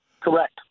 Correct